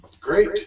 Great